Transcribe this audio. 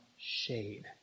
shade